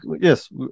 Yes